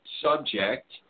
subject